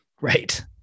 right